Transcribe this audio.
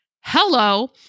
Hello